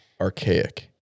archaic